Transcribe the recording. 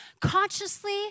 Consciously